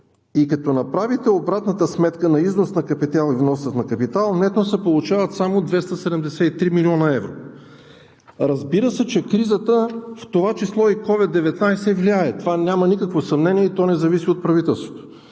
а като направите обратната сметка на износ и внос на капитал, нетно се получават само 273 млн. евро. Разбира се, че кризата влияе, в това число и COVID-19, няма никакво съмнение, че това не зависи от правителството.